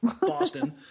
Boston